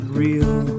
real